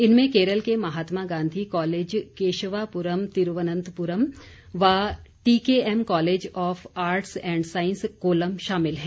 इनमें केरल के महात्मा गांधी कालेज केशवापुरम तिरुवनतुरम व TKM college of arts and science Kollam शामिल हैं